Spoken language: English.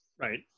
Right